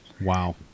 Wow